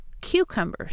cucumbers